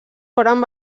foren